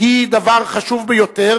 הן דבר חשוב ביותר.